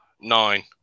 Nine